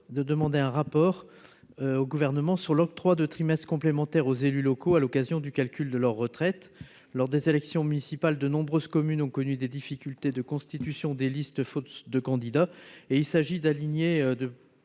de demander un rapport au gouvernement sur l'octroi de trimestres complémentaire aux élus locaux, à l'occasion du calcul de leur retraite, lors des élections municipales de nombreuses communes ont connu des difficultés de constitution des listes de candidats et il s'agit d'aligner